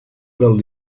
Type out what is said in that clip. del